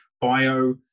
bio